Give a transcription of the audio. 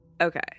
Okay